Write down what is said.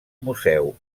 museu